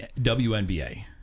WNBA